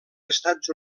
estats